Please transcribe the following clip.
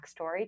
backstory